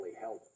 help